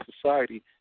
society